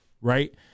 Right